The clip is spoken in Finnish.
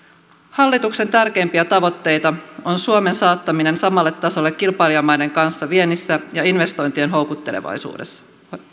hallituksen tärkeimpiä tavoitteita on suomen saattaminen samalle tasolle kilpailijamaiden kanssa viennissä ja investointien houkuttelevaisuudessa